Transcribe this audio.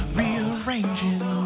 rearranging